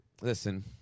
listen